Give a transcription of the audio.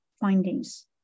findings